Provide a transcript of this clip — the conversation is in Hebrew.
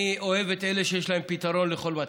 אני אוהב את אלה שיש להם פתרון לכל מצב.